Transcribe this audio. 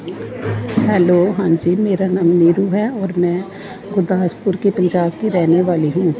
hello ਹਾਂਜੀ ਮੇਰਾ ਨਾਮ ਨੀਰੂ ਹੈ ਔਰ ਮੈਂ ਗੁਰਦਾਸਪੁਰ ਕੀ ਪੰਜਾਬ ਕੀ ਰਹਿਨੇ ਵਾਲੀ ਹੂੰ